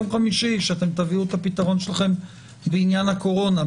שתביאו את הפתרון שלכם בעניין הקורונה.